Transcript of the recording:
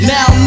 Now